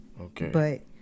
Okay